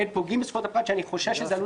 שאין פוגעים בזכויות הפרט שאני חושש שזה עלול